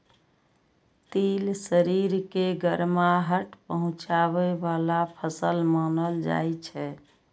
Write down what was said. तिल शरीर के गरमाहट पहुंचाबै बला फसल मानल जाइ छै